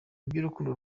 iby’urukundo